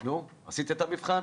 נו, עשית את המבחן?